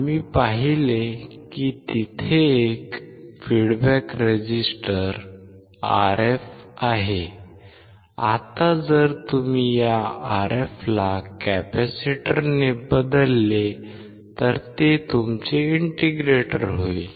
आम्ही पाहिले की तेथे एक फीडबॅक रेझिस्टर Rf आहे आता जर तुम्ही या Rf ला कॅपेसिटरने बदलले तर ते तुमचे इंटिग्रेटर होईल